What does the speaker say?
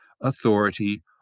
authority